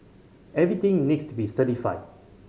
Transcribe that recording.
everything needs to be certified